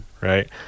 right